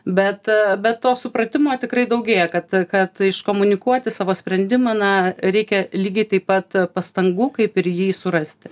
bet bet to supratimo tikrai daugėja kad kad iškomunikuoti savo sprendimą na reikia lygiai taip pat pastangų kaip ir jį surasti